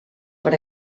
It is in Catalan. per